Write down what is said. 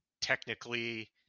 technically